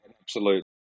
absolute